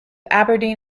aberdeen